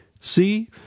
See